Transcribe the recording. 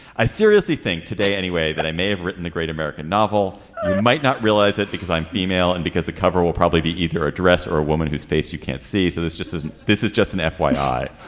i seriously think today anyway that i may have written the great american novel you might not realize it because i'm female and because the cover will probably be either a dress or a woman whose face you can't see so this just isn't. this is just an f y